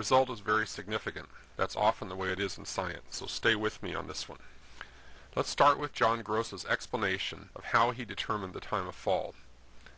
result is very significant that's often the way it is in science so stay with me on this one let's start with john gross explanation of how he determined the time to fall